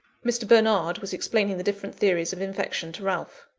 mr. bernard was explaining the different theories of infection to ralph.